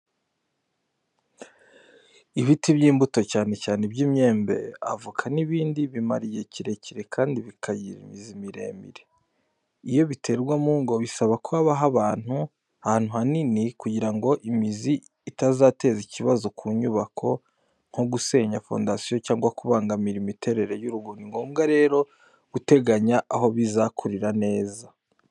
Ibiti by’imbuto, cyane cyane iby’imyembe, avoka n’ibindi, bimara igihe kirekire kandi bikagira imizi miremire. Iyo biterwa mu ngo bisaba ko habaho ahantu hanini kugira ngo imizi itazateza ikibazo ku nyubako, nko gusenya fondasiyo cyangwa kubangamira imiterere y’urugo. Ni ngombwa rero guteganya aho bizakurira neza.